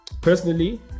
Personally